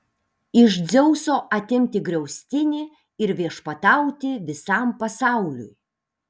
iš dzeuso atimti griaustinį ir viešpatauti visam pasauliui